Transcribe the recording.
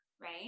right